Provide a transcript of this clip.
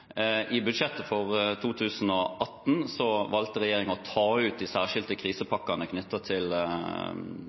I budsjettet for 2018 valgte regjeringen å ta ut de særskilte krisepakkene knyttet til